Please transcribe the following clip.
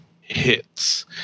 hits